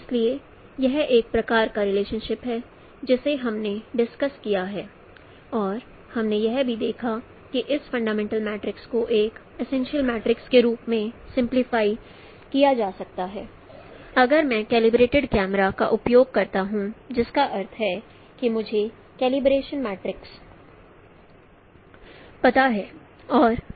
इसलिए यह एक प्रकार का रिलेशनशिप है जिस को हमने डिस्कस किया और हमने यह भी देखा कि एक फंडामेंटल मैट्रिक्स को एक एसेंशियल मैट्रिक्स के रूप में सिम्पलीफाइ किया जा सकता है अगर मैं कैलिब्रेटेड कैमरे का उपयोग करता हूं जिसका अर्थ है कि मुझे कैलिब्रेशन मैट्रेस पता है